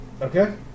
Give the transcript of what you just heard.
Okay